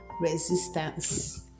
resistance